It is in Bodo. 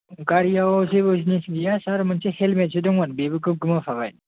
गारियाव जेबो जिनिस गैया सार मोनसे हेलमेटसो दंमोन बेबो गो गोमाफाबाय